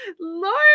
Lord